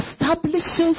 establishes